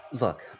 Look